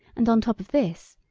and on top of this,